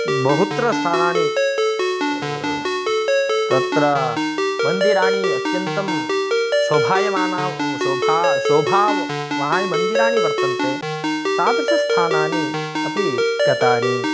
बहुत्र स्थानानि तत्र मन्दिराणि अत्यन्तं शोभमानानि शोभा शोभावान् विहाय मन्दिराणि वर्तन्ते तादृशस्थानानि अपि गतानि